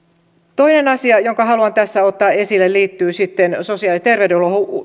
toinen asia jonka haluan tässä ottaa esille liittyy sosiaali ja terveydenhuollon